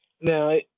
now